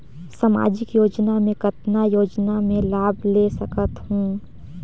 समाजिक योजना मे कतना योजना मे लाभ ले सकत हूं?